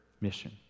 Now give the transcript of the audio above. mission